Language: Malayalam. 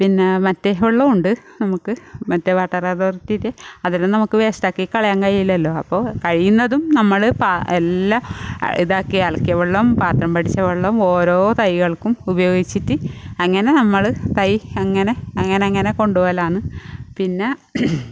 പിന്നെ മറ്റേ വെള്ളമുണ്ട് നമുക്ക് മറ്റേ വാട്ടർ അതോറിറ്റിയിലെ അതിലും നമുക്ക് വേസ്റ്റാക്കി കളയാൻ കഴിയില്ലല്ലോ അപ്പോൾ കഴിയുന്നതും നമ്മൾ പാ എല്ലാം ഇതാക്കി അലക്കിയ വെള്ളം പാത്രം പിടിച്ച വെള്ളം ഓരോ തൈകൾക്കും ഉപയോഗിച്ചിട്ട് അങ്ങനെ നമ്മൾ തൈ അങ്ങനെ അങ്ങനെയങ്ങനെ കൊണ്ട് പോകലാണ് പിന്നെ